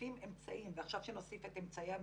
מוסיפים אמצעים, ועכשיו שנוסיף את אמצעי המיגון,